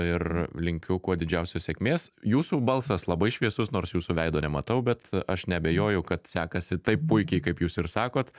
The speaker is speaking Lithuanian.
ir linkiu kuo didžiausios sėkmės jūsų balsas labai šviesus nors jūsų veido nematau bet aš neabejoju kad sekasi taip puikiai kaip jūs ir sakot